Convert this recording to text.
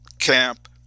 camp